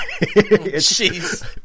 Jeez